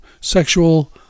sexual